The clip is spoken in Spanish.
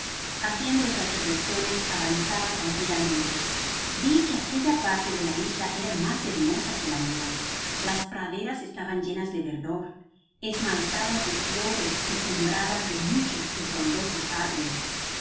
haciendo estas reflexiones avanzaba tranquilamente vi que aquella parte de la isla era mas hermosa que la mia las praderas estaban llenas de verdor esmaltadas de flores y sembradas de muchos y frondosos árboles habiendo